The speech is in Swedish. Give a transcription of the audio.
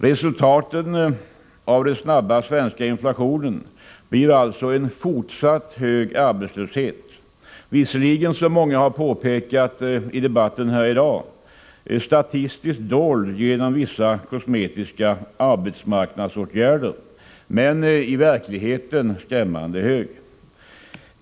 Resultatet av den snabba svenska inflationen blir alltså fortsatt hög arbetslöshet — visserligen, som många har påpekat i debatten här i dag, statistiskt dold genom vissa kosmetiska arbetsmarknadsåtgärder men i verkligheten skrämmande hög.